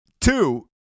Two